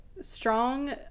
strong